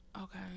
okay